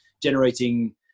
generating